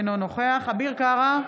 אינו נוכח אביר קארה,